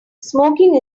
smoking